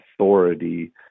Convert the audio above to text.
authority